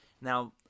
now